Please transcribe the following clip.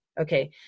okay